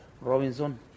Robinson